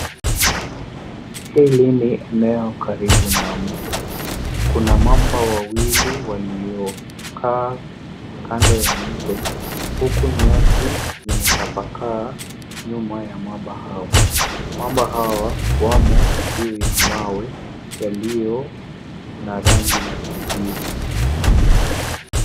Hii ni eneo karibu na mto. Kuna mamba wawili waliokaa kando ya mto huku nyasi limetapakaa nyuma ya mamba hao. Mamba hawa wamo juu ya mawe yalio na rangi ya kijivu.